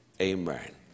amen